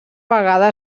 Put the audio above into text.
vegada